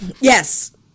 Yes